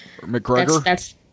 McGregor